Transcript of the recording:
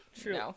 True